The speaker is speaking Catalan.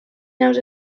naus